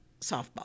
softball